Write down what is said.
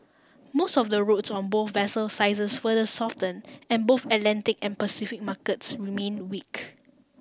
most of the routes on both vessel sizes further soften and both Atlantic and Pacific markets remain weak